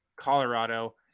Colorado